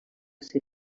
ser